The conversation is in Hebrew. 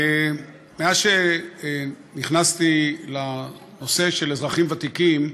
מאז נכנסתי לנושא של אזרחים ואזרחיות ותיקים,